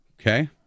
Okay